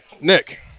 Nick